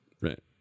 Right